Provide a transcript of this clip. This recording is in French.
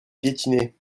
piétiner